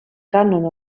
cànon